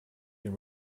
been